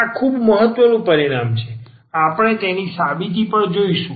આ ખૂબ મહત્વનું પરિણામ છે આપણે તેની સાબિતી પણ જોઇશું